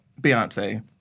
Beyonce